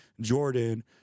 Jordan